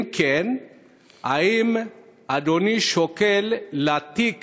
אם כן, האם אדוני שוקל להעתיק